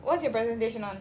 what's your presentation on